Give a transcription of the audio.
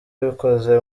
bikoze